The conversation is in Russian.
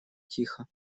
тихо